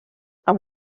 amb